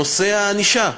נושא הענישה,